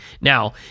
Now